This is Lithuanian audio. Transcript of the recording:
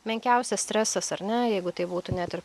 menkiausias stresas ar ne jeigu tai būtų net ir